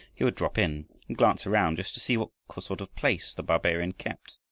he would drop in, and glance around just to see what sort of place the barbarian kept.